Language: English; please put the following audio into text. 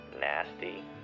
nasty